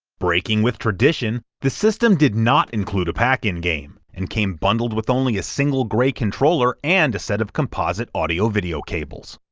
breaking with tradition, the system did not include a pack-in game, and came bundled with only a single grey controller and a set of composite audio-video cables.